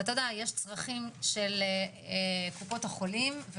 יש צרכים של קופות החולים,